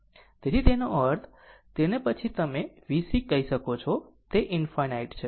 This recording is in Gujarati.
તેથી તેનો અર્થ તેને પછી તમે VC કહી શકો છો તે ∞ છે